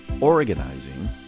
organizing